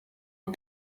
bwo